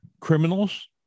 criminals